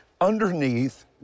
Underneath